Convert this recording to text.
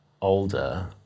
older